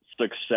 success